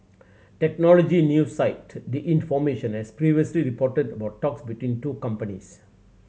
technology news site the information has previously reported about talks between two companies